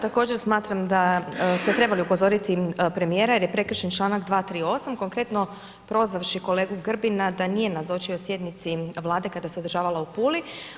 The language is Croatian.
Također smatram da ste trebali upozoriti premijera jer je prekršen članak 238., konkretno prozvavši kolegu Grbina da nije nazočio sjednici Vlade kada se održava u Puli.